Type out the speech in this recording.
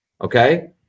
Okay